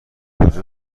کجا